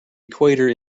equator